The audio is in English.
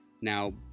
Now